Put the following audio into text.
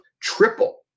triple